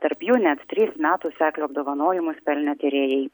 tarp jų net trys metų seklio apdovanojimus pelnę tyrėjai